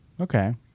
Okay